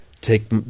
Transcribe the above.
take